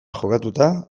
jokatuta